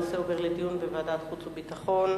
הנושא עובר לדיון בוועדת החוץ והביטחון.